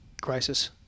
crisis